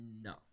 No